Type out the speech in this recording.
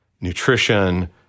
nutrition